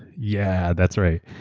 yeah, that's right.